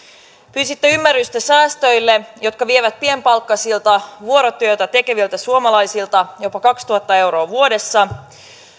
pyysitte ymmärrystä säästöille jotka vievät pienipalkkaisilta vuorotyötä tekeviltä suomalaisilta jopa kaksituhatta euroa vuodessa